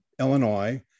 Illinois